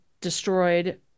destroyed